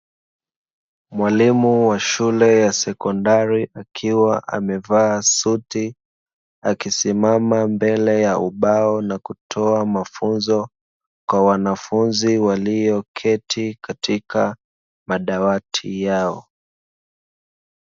Mwalimu wa shule ya sekondari akiwa amevaa suti, akisimama mbele ya ubao na kutoa mafunzo kwa wanafunzi walioketi katika madawati yao.